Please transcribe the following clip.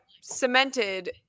cemented